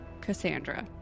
Cassandra